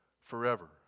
forever